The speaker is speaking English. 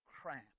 cramp